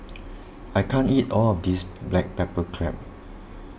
I can't eat all of this Black Pepper Crab